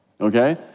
okay